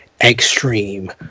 extreme